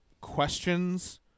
questions